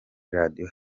radio